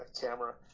camera